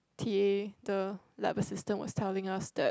t_a the lab assistant was telling us that